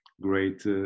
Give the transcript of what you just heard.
great